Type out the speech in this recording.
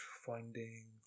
finding